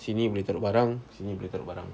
sini boleh taruk barang sini boleh taruk barang